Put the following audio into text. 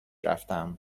رفتم